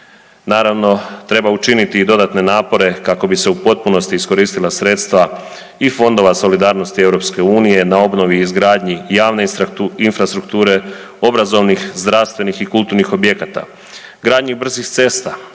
Naravno treba učiniti i dodatne napore kako bi se u potpunosti iskoristila sredstva i fondova solidarnosti EU na obnovi i izgradnji javne infrastrukture, obrazovnih, zdravstvenih i kulturnih objekata, gradnji brzih cesta